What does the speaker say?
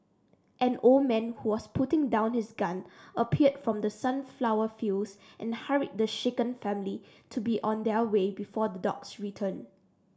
an old man who was putting down his gun appeared from the sunflower fields and hurried the shaken family to be on their way before the dogs return